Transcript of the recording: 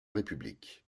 république